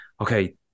okay